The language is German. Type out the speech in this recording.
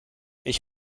ich